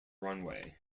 runway